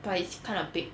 but it's kind of big